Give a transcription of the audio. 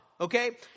okay